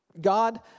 God